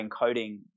encoding